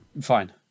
fine